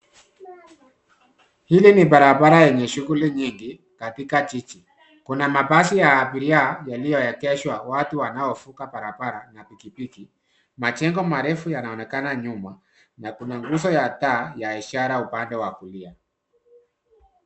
Hili ni barabara yenye shughuli nyingi katika jiji kuna mabasi ya abiria yalioegeshwa watu wanovuka barabara na pikipiki majengo marefu yanaonekana nyuma na kuna nguzo ya taa ya isahra upande wa kulia.